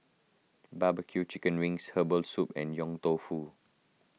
Barbecue Chicken Wings Herbal Soup and Yong Tau Foo